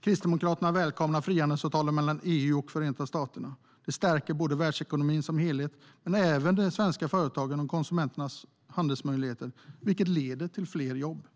Kristdemokraterna välkomnar frihandelsavtalet mellan EU och Förenta staterna. Det stärker världsekonomin som helhet men även de svenska företagen och konsumenternas handelsmöjligheter, viket leder till fler jobb.